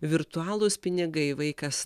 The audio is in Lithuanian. virtualūs pinigai vaikas